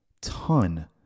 ton